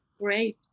great